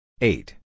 Eight